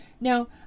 now